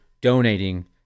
donating